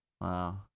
Wow